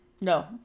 no